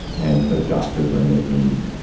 and so doctors are making